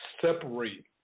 separate